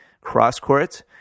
cross-court